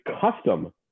custom